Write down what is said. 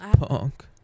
punk